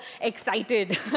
excited